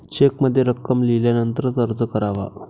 चेकमध्ये रक्कम लिहिल्यानंतरच अर्ज करावा